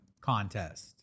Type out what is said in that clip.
contest